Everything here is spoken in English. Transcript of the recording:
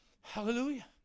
Hallelujah